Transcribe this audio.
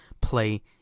play